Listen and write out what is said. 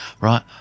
Right